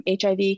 HIV